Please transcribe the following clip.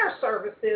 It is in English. services